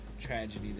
tragedy